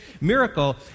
miracle